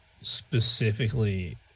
specifically